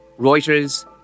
Reuters